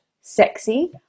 sexy